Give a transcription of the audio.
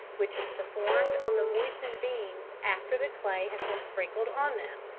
which is performed on the moistened beans after the clay has been sprinkled on them.